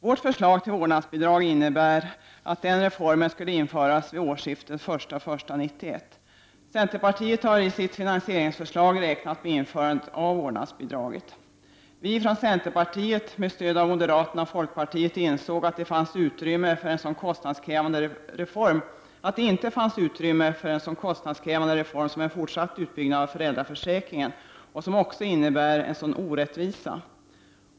Vårt förslag till vårdnadsbidrag innebar att reformen skulle genomföras vid årsskiftet, den 1 januari 1991. Vi i centerpartiet räknar i vårt finansieringsförslag med införandet av ett vårdnadsbidrag. Vi insåg — och vi fick stöd av moderaterna och folkpartiet — att det inte fanns utrymme för en så kostnadskrävande reform som en fortsatt utbyggnad av föräldraförsäkringen ju är och som också innebär en stor orättvisa.